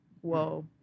whoa